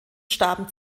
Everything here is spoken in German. starben